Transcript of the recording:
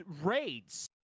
raids